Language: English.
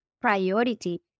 priority